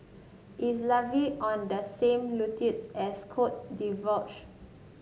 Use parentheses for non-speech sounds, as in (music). is Latvia on the same (unintelligible) as Cote d'Ivoire